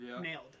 nailed